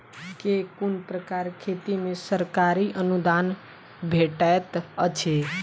केँ कुन प्रकारक खेती मे सरकारी अनुदान भेटैत अछि?